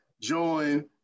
join